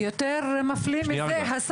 יותר מפליא מזה,